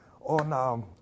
on